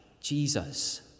Jesus